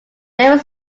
david